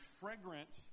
fragrant